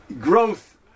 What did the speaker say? growth